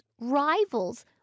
rivals